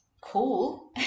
Cool